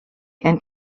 and